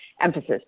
emphasis